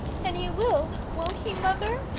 and he will, won't he, mother